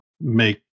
make